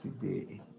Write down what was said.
today